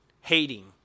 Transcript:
hating